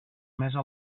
mesa